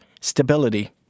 stability